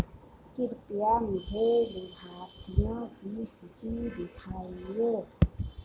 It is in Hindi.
कृपया मुझे लाभार्थियों की सूची दिखाइए